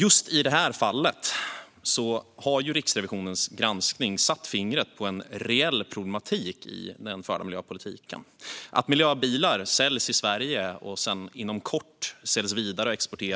Just i detta fall har man i Riksrevisionens granskning satt fingret på en reell problematik i den förda miljöpolitiken. Miljöbilar som säljs i Sverige säljs inom kort vidare. De